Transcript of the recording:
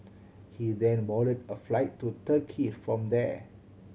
he then boarded a flight to Turkey from there